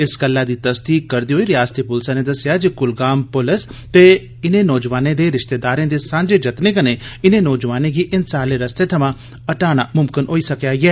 इस गल्ला दी तस्दीक करदे होई रियास्ती पुलिस नै दस्सेया जे कुलगाम पुलिस ते इनें नौजोआनें दे रिश्तेदारें दे सांझे जत्ने कन्नै इने नौजोआने गी हिंसा आह्ले रस्ते थमां हटाना मुमकन होआ ऐ